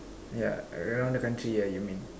yeah around the country ya you mean